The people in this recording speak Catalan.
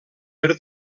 per